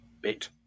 Bit